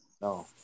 no